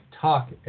talk